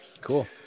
Cool